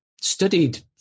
studied